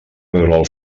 veure